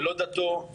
ולא דתו,